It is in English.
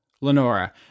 Lenora